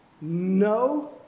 No